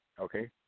Okay